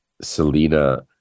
Selena